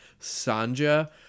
Sanja